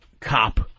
cop